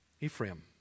Ephraim